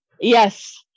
Yes